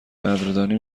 قدردانی